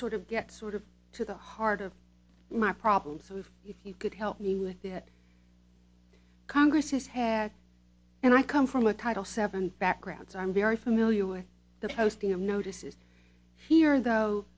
sort of gets sort of to the heart of my problem so if you could help me with that congress has had and i come from a title seven background so i'm very familiar with the posting of notices here though